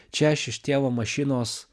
čia aš iš tėvo mašinos